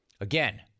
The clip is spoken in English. Again